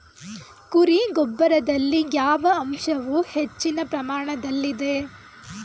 ಕುರಿ ಗೊಬ್ಬರದಲ್ಲಿ ಯಾವ ಅಂಶವು ಹೆಚ್ಚಿನ ಪ್ರಮಾಣದಲ್ಲಿದೆ?